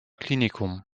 klinikum